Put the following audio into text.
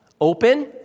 open